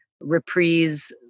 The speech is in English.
reprise